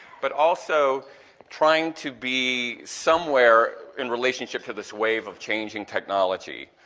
but also trying to be somewhere in relationship to this wave of changing technology,